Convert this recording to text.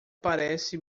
parece